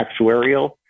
actuarial